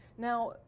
now